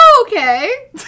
Okay